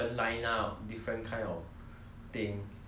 uh as they play the game and become stronger lah